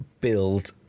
build